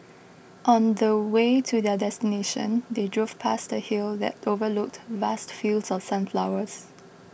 on the way to their destination they drove past a hill that overlooked vast fields of sunflowers